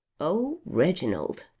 o reginald,